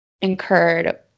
incurred